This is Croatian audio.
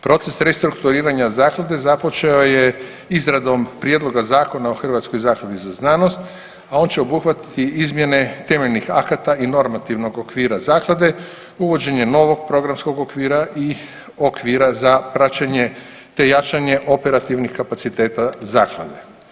Proces restrukturiranja zaklade započeo je izradom Prijedloga Zakona o Hrvatskoj zakladi za znanost, a on će obuhvatiti izmjene temeljnih akata i normativnog okvira zaklade uvođenje novog programskog okvira i okvira za praćenje te jačanje operativnih kapaciteta zaklade.